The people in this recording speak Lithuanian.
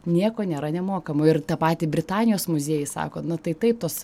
nieko nėra nemokamo ir tą patį britanijos muziejai sako na tai taip tos